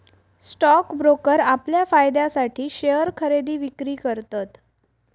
stock broker आपल्या फायद्यासाठी share खरेदी विक्री करतत